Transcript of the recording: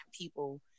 people